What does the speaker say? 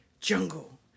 jungle